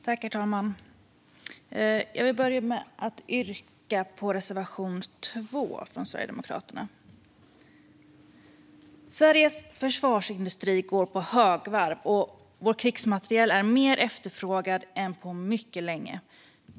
Herr talman! Jag vill till att börja med yrka bifall till reservation 2 från Sverigedemokraterna. Sveriges försvarsindustri går på högvarv, och vår krigsmateriel är mer efterfrågad än på mycket länge.